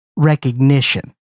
recognition